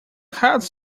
heads